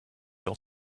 your